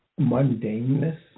mundaneness